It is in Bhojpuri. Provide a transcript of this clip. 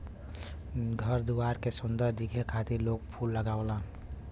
घर दुआर के सुंदर दिखे खातिर लोग फूल लगावलन